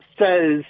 says